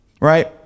right